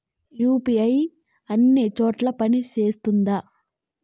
UPI అన్ని చోట్ల పని సేస్తుందా?